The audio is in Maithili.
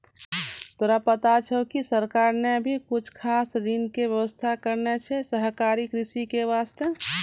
तोरा पता छौं कि सरकार नॅ भी कुछ खास ऋण के व्यवस्था करनॅ छै सहकारी कृषि के वास्तॅ